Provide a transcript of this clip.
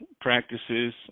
practices